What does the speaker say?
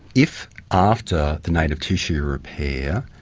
if after the native tissue repair,